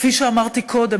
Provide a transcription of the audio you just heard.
כפי שאמרתי קודם,